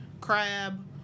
crab